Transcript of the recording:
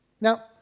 Now